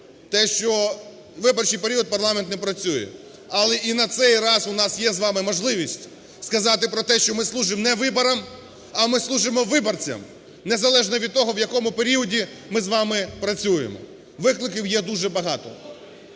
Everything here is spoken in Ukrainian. те, що у виборчий період парламент не працює, але і на цей раз у нас є з вами можливість сказати про те, що ми служимо не виборам, а ми служимо виборцям. Незалежно від того, в якому періоді ми з вами працюємо, викликів є дуже багато.